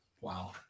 Wow